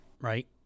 right